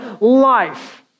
life